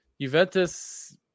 Juventus